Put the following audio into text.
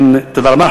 תודה רבה.